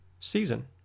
season